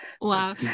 wow